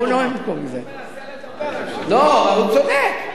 הוא מנסה לדבר, לא, הוא צודק.